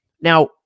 now